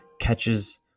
catches